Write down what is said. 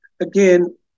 Again